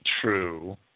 true